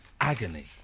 agony